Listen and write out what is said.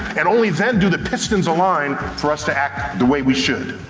and only then do the pistons align for us to act the way we should.